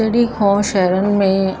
जॾहिं खां शहरनि में